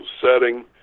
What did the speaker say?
setting